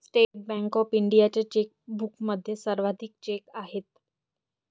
state Bank of इंडियाच्या चेकबुकमध्ये सर्वाधिक चेक आहेत